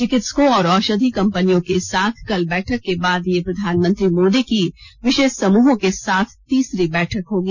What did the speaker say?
चिकित्सकों और औषधि कंपनियों के साथ कल बैठक के बाद यह प्रधानमंत्री मोदी की विशेष समूहों के साथ तीसरी बैठक होगी